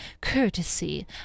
courtesy